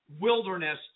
wilderness